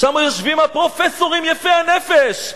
שם יושבים הפרופסורים יפי הנפש,